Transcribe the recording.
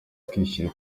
kwishyira